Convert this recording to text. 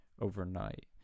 overnight